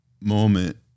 moment